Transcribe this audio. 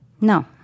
No